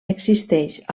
existeix